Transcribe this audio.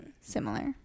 similar